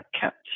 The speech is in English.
kept